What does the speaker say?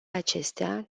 acestea